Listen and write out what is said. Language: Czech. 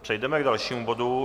Přejdeme k dalšímu bodu.